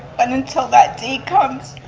but until that day comes,